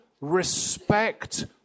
respect